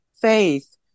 faith